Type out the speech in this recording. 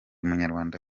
munyarwanda